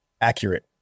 Accurate